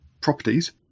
properties